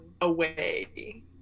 away